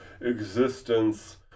existence